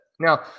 Now